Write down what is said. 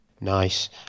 nice